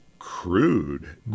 crude